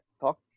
Talk